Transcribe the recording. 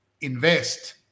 invest